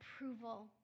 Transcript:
approval